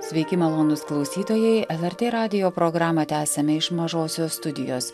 sveiki malonūs klausytojai lrt radijo programą tęsiame iš mažosios studijos